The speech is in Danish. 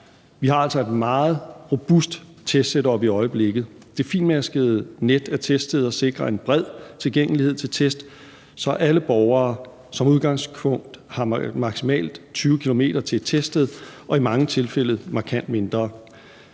Vi har altså et meget robust testsetup i øjeblikket. Det finmaskede net af teststeder sikrer en bred tilgængelighed af test, så alle borgere som udgangspunkt har maksimalt 20 km til et teststed – og i mange tilfælde markant mindre.